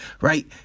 right